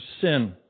sin